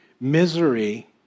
Misery